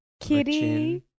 Kitty